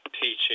teaching